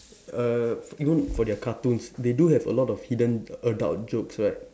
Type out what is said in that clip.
err even for their cartoons they do have a lot of hidden adults jokes right